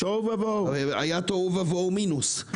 היה תוהו ובוהו מינוס,